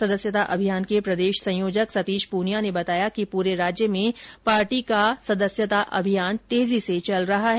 सदस्यता अभियान के प्रदेष संयोजक सतीष प्रनिया ने बताया कि पूरे राज्य में पार्टी का सदस्यता अभियान तेजी स ेचल रहा है